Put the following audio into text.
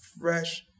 fresh